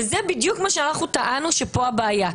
וזה בדיוק מה שאנחנו טענו, שפה הבעיה.